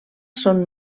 són